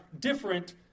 different